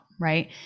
right